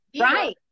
right